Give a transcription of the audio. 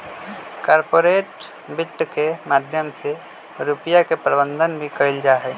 corporate वित्त के माध्यम से रुपिया के प्रबन्धन भी कइल जाहई